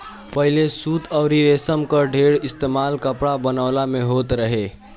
पहिले सूत अउरी रेशम कअ ढेर इस्तेमाल कपड़ा बनवला में होत रहे